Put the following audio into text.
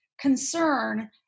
concern